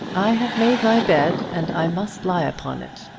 i have made my bed and i must lie upon it,